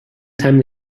time